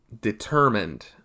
determined